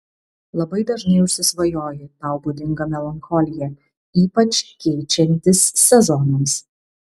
labai dažnai užsisvajoji tau būdinga melancholija ypač keičiantis sezonams